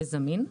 מהיר וזמין.